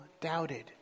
doubted